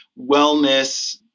wellness